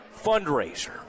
Fundraiser